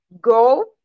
go